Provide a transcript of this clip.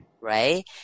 right